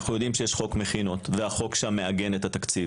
אנחנו יודעים שיש חוק מכינות והחוק שם מעגן את התקציב.